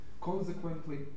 Consequently